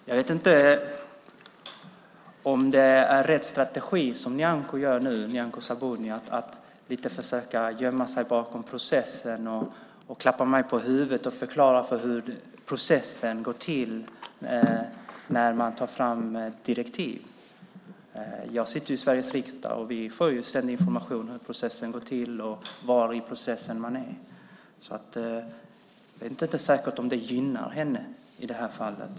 Herr talman! Jag vet inte om det är rätt strategi av Nyamko Sabuni att försöka gömma sig bakom processen, att klappa mig på huvudet och förklara hur processen ser ut när man tar fram direktiv. Jag sitter i Sveriges riksdag, och vi får information om hur processen ser ut och var i processen man är. Det är inte säkert att det gynnar henne i det här fallet.